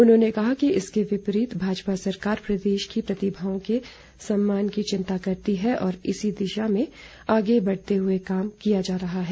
उन्होंने कहा कि इसके विपरीत भाजपा सरकार प्रदेश की प्रतिभाओं के सम्मान की चिंता करती है और इसी दिशा में आगे बढ़ते हुए काम किया जा रहा है